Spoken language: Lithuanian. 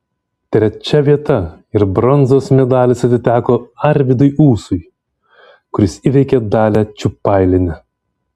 trečia vieta ir bronzos medalis atiteko arvydui ūsui kuris įveikė dalią čiupailienę